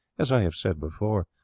as i have said before,